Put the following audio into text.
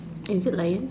is it lion